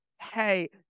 hey